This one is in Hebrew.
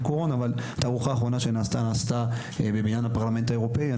התערוכה האחרונה שנעשתה נעשתה בבניין הפרלמנט האירופי.